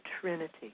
Trinity